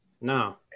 No